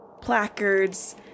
placards